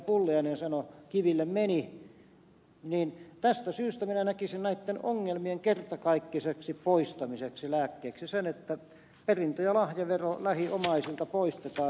pulliainen sanoi kiville meni niin tästä syystä minä näkisin näitten ongelmien kertakaikkiseksi poistamiseksi lääkkeeksi sen että perintö ja lahjavero lähiomaisilta poistetaan